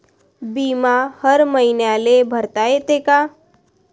बिमा हर मईन्याले भरता येते का?